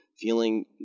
feeling